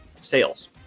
sales